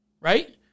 Right